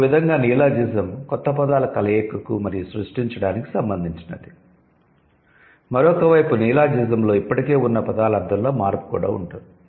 ఒక విధంగా నియోలాజిజం కొత్త పదాల కలయికకు మరియు సృష్టించడానికి సంబంధించినది మరొక వైపు నియోలాజిజంలో ఇప్పటికే ఉన్న పదాల అర్థంలో మార్పు కూడా ఉంటుంది